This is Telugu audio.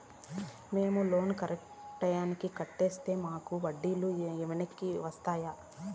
మేము లోను కరెక్టు టైముకి కట్టితే మాకు వడ్డీ లు వెనక్కి వస్తాయా?